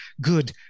Good